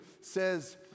says